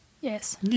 Yes